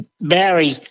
Barry